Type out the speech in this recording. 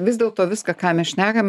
vis dėlto viską ką mes šnekam